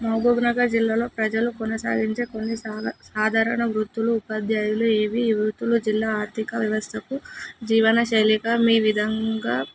మహబూబ్నగర్ జిల్లాలో ప్రజలు కొనసాగించే కొన్ని సాదర సాధారణ వృత్తులు ఉపాధ్యాయులు ఏవి ఏ వృత్తులు జిల్లా ఆర్థికవ్యవస్థకు జీవనశైలిగా మీ ఏ విధంగా